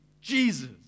Jesus